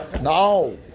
No